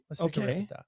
okay